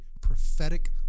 prophetic